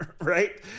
right